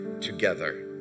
together